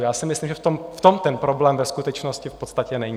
Já si myslím, že v tom ten problém ve skutečnosti v podstatě není.